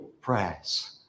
prayers